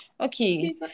okay